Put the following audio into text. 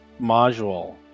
module